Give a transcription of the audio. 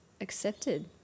accepted